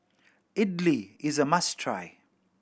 idili is a must try